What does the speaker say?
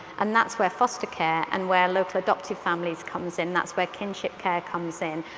and that's where foster care and where local adoptive families comes in. that's where kinship care comes in.